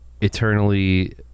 eternally